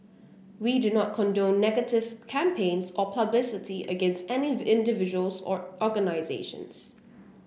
we do not condone negative campaigns or publicity against any individuals or organisations